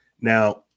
Now